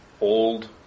old